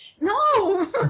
No